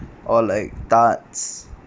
or like tarts